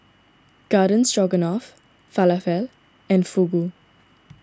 Garden Stroganoff Falafel and Fugu